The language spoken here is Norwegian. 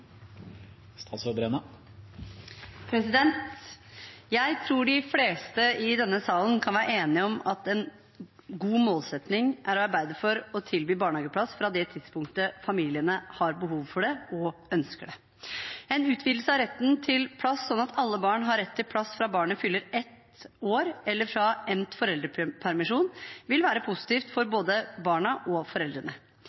Jeg tror de fleste i denne salen kan være enige om at en god målsetting er å arbeide for å tilby barnehageplass fra tidspunktet familiene har behov for det og ønsker det. En utvidelse av retten til plass sånn at alle barn har rett til plass fra barnet fyller ett år eller fra endt foreldrepermisjon, vil være positivt for